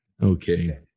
Okay